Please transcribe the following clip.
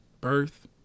birth